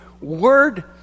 word